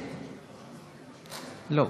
לא,